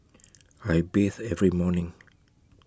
I bathe every morning